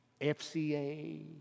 FCA